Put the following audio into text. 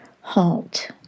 Halt